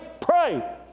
pray